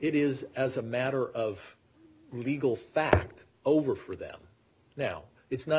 it is as a matter of legal fact over for them now it's not